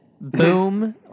boom